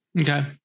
Okay